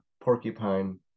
porcupine